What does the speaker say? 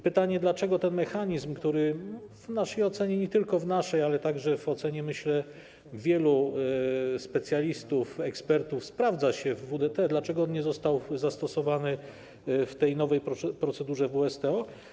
Pytanie: Dlaczego ten mechanizm, który w naszej ocenie - nie tylko w naszej, ale także w ocenie, myślę, wielu specjalistów, ekspertów - sprawdza się w WDT, nie został zastosowany w tej nowej procedurze WSTO?